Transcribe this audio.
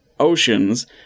oceans